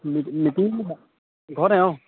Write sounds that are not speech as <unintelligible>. <unintelligible> ঘৰতে অঁ